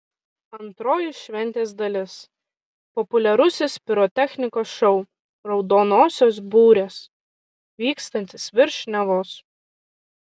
antroji šventės dalis populiarusis pirotechnikos šou raudonosios burės vykstantis virš nevos